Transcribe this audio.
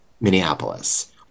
Minneapolis